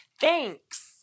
thanks